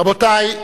רבותי,